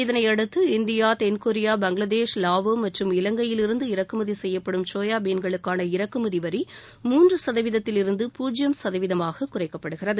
இதனையடுத்து இந்தியா தென்கொரியா பங்களாதேஷ் வாவோ மற்றும் இலங்கையிலிருந்து இறக்குமதி கெய்யப்படும் கோயாபீன்களுக்கான இறக்குமதி வரி மூன்று கதவீதத்தில் இருந்து பூஜ்ஜியம் சதவீதமாக குறைக்கப்படுகிறது